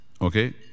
okay